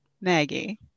Maggie